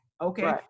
okay